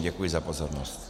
Děkuji za pozornost.